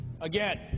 again